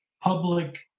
public